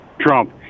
Trump